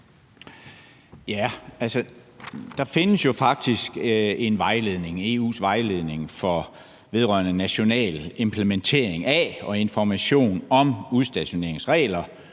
nemlig EU's vejledning vedrørende national implementering af og information om udstationeringsregler,